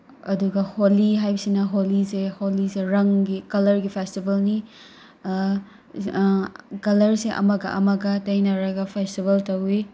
ꯑꯗꯨꯒ ꯍꯣꯂꯤ ꯍꯥꯏꯕꯁꯤꯅ ꯍꯣꯂꯤꯁꯦ ꯍꯣꯂꯤꯁꯦ ꯔꯪꯒꯤ ꯀꯂꯔꯒꯤ ꯐꯦꯁꯇꯤꯚꯜꯅꯤ ꯀꯂꯔꯁꯦ ꯑꯃꯒ ꯑꯃꯒ ꯇꯩꯅꯔꯒ ꯐꯦꯁꯇꯤꯚꯜ ꯇꯧꯏ